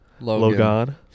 logan